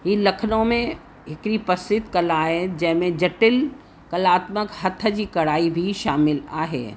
हीअ लखनऊ में हिकिड़ी प्रसिद्ध कला आहे जंहिंमें जटिल कलात्मक हथ जी कढ़ाई बि शामिलु आहे